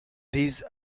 these